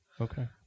Okay